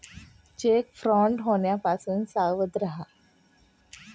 check fraud होण्यापासून सावध रहा